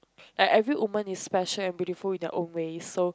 like every woman is special and beautiful in their own way so